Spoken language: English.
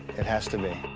it has to be.